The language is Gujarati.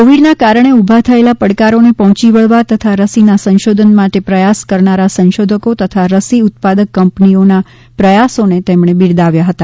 કોવીડના કારણે ઉભા થયેલા પડકારોને પહોંચી વળવા તથા રસીના સંશોધન માટે પ્રયાસ કરનારા સંશોધકો તથા રસી ઉત્પાદક કંપનીઓના પ્રયાસોને બિરદાવ્યા હતા